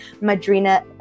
Madrina